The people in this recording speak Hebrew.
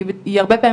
היא הרבה פעמים,